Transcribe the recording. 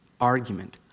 argument